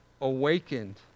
awakened